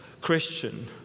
Christian